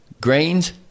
Grains